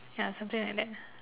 ya something like that